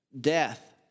death